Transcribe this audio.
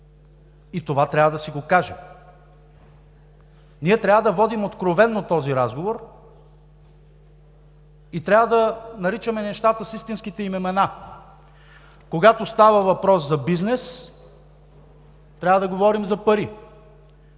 Това трябва да си го кажем. Ние трябва да водим откровено този разговор и да наричаме нещата с истинските им имена. Когато става въпрос за бизнес – трябва да говорим за пари,